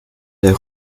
der